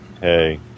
hey